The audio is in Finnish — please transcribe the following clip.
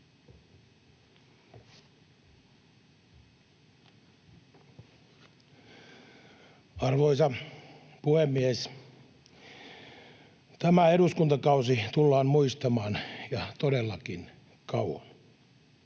Arvoisa puhemies! Tämä eduskuntakausi tullaan muistamaan ja todellakin kauan.